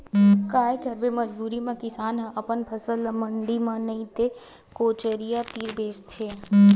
काये करबे मजबूरी म किसान ह अपन फसल ल मंडी म नइ ते कोचिया तीर बेचथे